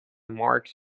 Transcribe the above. marx